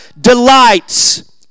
delights